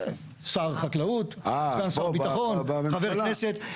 שר החקלאות, סגן שר הביטחון, חבר כנסת.